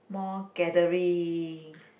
more gathering